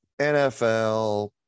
NFL